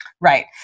Right